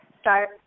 start